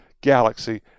galaxy